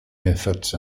methods